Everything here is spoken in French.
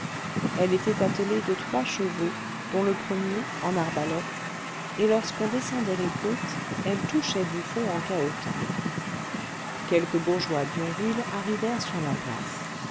elle était attelée de trois chevaux dont le premier en arbalète et lorsqu'on descendait les côtes elle touchait du fond en cahotant quelques bourgeois d'yonville arrivèrent sur la place